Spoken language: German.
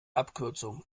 abkürzung